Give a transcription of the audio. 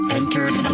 entered